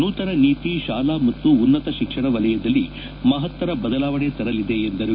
ನೂತನ ನೀತಿ ಶಾಲಾ ಮತ್ತು ಉನ್ನತ ಶಿಕ್ಷಣ ವಲಯದಲ್ಲಿ ಮಹತ್ತರ ಬದಲಾವಣೆ ತರಲಿದೆ ಎಂದರು